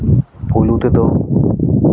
ᱯᱳᱭᱞᱳ ᱨᱮᱫᱚ